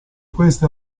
questo